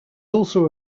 also